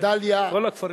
ודאלית, כל הכפרים.